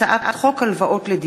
הצעת חוק הרשויות המקומיות (בחירות)